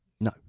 No